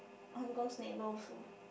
Hong-Kong's neighbour also